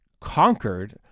conquered